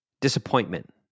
disappointment